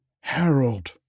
Harold